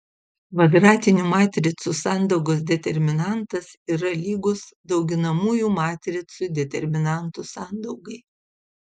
kvadratinių matricų sandaugos determinantas yra lygus dauginamųjų matricų determinantų sandaugai